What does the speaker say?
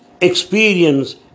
experience